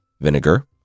Vinegar